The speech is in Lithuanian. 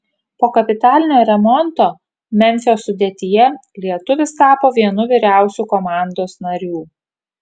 po kapitalinio remonto memfio sudėtyje lietuvis tapo vienu vyriausių komandos narių